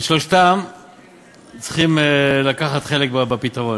שלושתם צריכים לקחת חלק בפתרון.